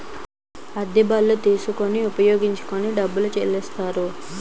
అద్దె బళ్ళు తీసుకొని ఉపయోగించుకొని డబ్బులు చెల్లిస్తారు